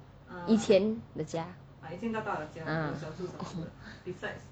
以前的家 ah oh